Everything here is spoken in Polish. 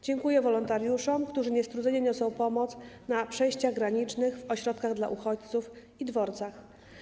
Dziękuję wolontariuszom, którzy niestrudzenie niosą pomoc na przejściach granicznych, w ośrodkach dla uchodźców i dworcach.